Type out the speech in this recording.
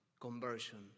conversion